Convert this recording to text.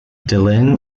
delenn